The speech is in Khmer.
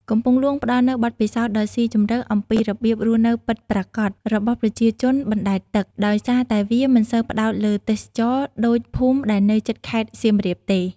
កំពង់លួងផ្តល់នូវបទពិសោធន៍ដ៏ស៊ីជម្រៅអំពីរបៀបរស់នៅពិតប្រាកដរបស់ប្រជាជនបណ្តែតទឹក ដោយសារតែវាមិនសូវផ្តោតលើទេសចរណ៍ដូចភូមិដែលនៅជិតខេត្តសៀមរាបទេ។